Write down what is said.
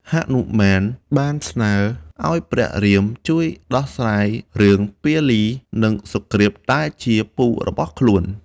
ហនុមានបានស្នើឱ្យព្រះរាមជួយដោះស្រាយរឿងពាលី និងសុគ្រីពដែលជាពូរបស់ខ្លួន។